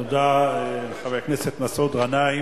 תודה לחבר הכנסת מסעוד גנאים.